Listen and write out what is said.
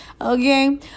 Okay